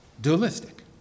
dualistic